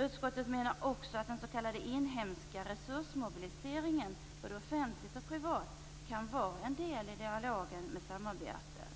Utskottet menar också att den s.k. inhemska resursmobiliseringen, både offentligt och privat, kan vara en del i dialogen i samband med samarbetet.